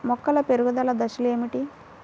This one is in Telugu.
మొక్కల పెరుగుదల దశలు ఏమిటి?